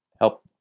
help